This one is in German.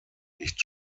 nicht